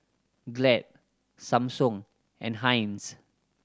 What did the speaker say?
Glad Samsung and Heinz